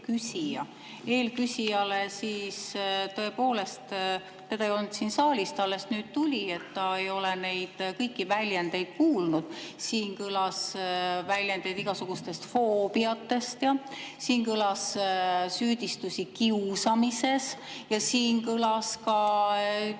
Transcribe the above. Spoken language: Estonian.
eelküsijale. Tõepoolest, teda ei olnud siin saalis, ta alles nüüd tuli, ta ei ole kõiki neid väljendeid kuulnud. Siin kõlas väljendeid igasugustest foobiatest ja siin kõlas süüdistusi kiusamises ja siin oli ka mingite